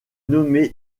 nommé